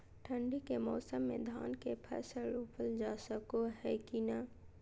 ठंडी के मौसम में धान के फसल रोपल जा सको है कि नय?